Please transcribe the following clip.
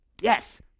yes